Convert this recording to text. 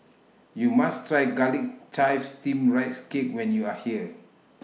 YOU must Try Garlic Chives Steamed Rice Cake when YOU Are here